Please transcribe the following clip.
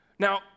Now